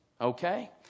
Okay